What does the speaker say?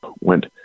went